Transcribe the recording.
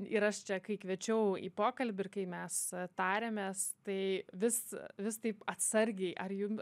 ir aš čia kai kviečiau į pokalbį ir kai mes tarėmės tai vis vis taip atsargiai ar jum